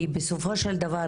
כי בסופו של דבר,